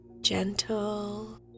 gentle